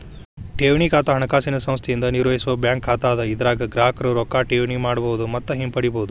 ಠೇವಣಿ ಖಾತಾ ಹಣಕಾಸಿನ ಸಂಸ್ಥೆಯಿಂದ ನಿರ್ವಹಿಸೋ ಬ್ಯಾಂಕ್ ಖಾತಾ ಅದ ಇದರಾಗ ಗ್ರಾಹಕರು ರೊಕ್ಕಾ ಠೇವಣಿ ಮಾಡಬಹುದು ಮತ್ತ ಹಿಂಪಡಿಬಹುದು